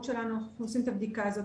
שלנו אנחנו עושים את הבדיקה הזאת.